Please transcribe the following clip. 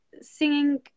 singing